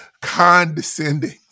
condescending